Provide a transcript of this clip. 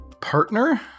Partner